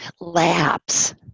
lapse